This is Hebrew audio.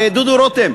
דודו רותם,